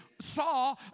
saw